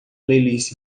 playlist